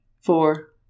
four